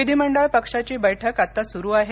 विधिमंडळपक्षाची बैठक आता सुरू आहे